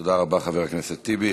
תודה רבה, חבר הכנסת טיבי.